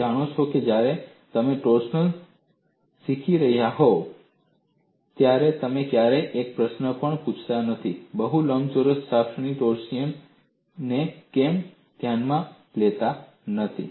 તમે જાણો છો કે જ્યારે તમે ટોર્સિયન શીખી રહ્યા હોવ ત્યારે તમે ક્યારેય એક પ્રશ્ન પણ પૂછતા નથી હું લંબચોરસ શાફ્ટના ટોર્સિયનને કેમ ધ્યાનમાં લેતો નથી